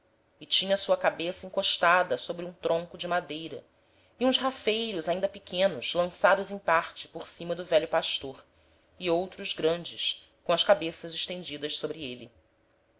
e tinha sua cabeça encostada sobre um tronco de madeira e uns rafeiros ainda pequenos lançados em parte por cima do velho pastor e outros grandes com as cabeças estendidas sobre êle